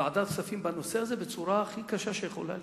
בוועדת הכספים בנושא הזה בצורה הכי קשה שיכולה להיות.